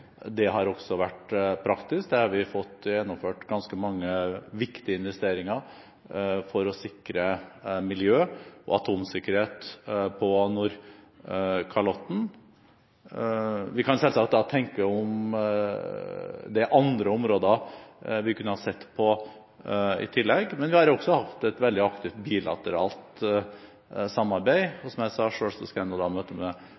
Det har også vært praktisk. Der har vi fått gjennomført ganske mange viktige investeringer for å sikre miljø og atomsikkerhet på Nordkalotten. Vi kan selvsagt tenke over om det er andre områder vi kunne ha sett på i tillegg. Men vi har også hatt et veldig aktivt bilateralt samarbeid, og som jeg sa, skal jeg ha møte med